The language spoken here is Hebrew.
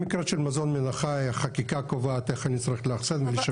במקרה של מזון מן החי החקיקה קובעת איך אני צריך לאחסן ולשווק.